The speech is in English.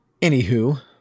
Anywho